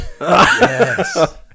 Yes